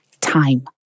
time